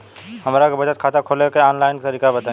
हमरा के बचत खाता खोले के आन लाइन तरीका बताईं?